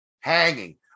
hanging